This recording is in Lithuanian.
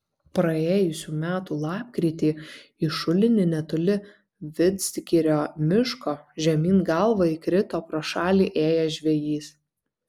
praėjusių metų lapkritį į šulinį netoli vidzgirio miško žemyn galva įkrito pro šalį ėjęs žvejys